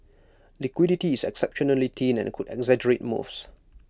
liquidity is exceptionally thin and could exaggerate moves